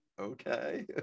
okay